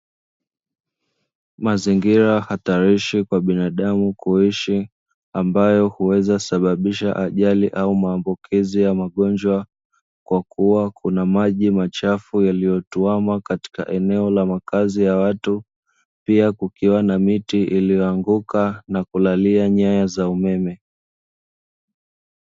Mazingira hatarishi kwa binadamu kuishi ambayo huweza sababisha ajali au maambukizi ya magonjwa kwa kuwa kuna maji machafu yaliyotuhama katika eneo la makazi ya watu, pia kukiwa na miti iliyoanguka na kulalia nyaya za umeme.